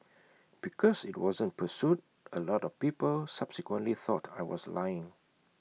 because IT wasn't pursued A lot of people subsequently thought I was lying